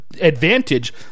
advantage